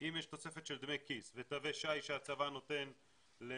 אם יש תוספת של דמי כיס ותווי שי שהצבא נותן למזון,